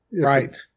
Right